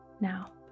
now